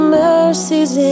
mercies